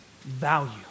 value